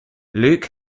luc